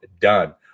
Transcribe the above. done